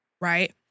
right